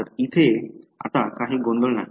तर तिथे आता काही गोंधळ नाही